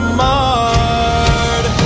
marred